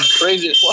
Crazy